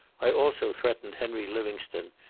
i also threatened henry livingstone,